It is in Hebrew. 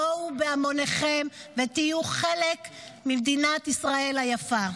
בואו בהמוניכם ותהיו חלק ממדינת ישראל היפה.